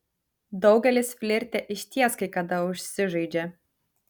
daugelis flirte išties kai kada užsižaidžia